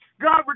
God